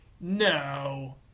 No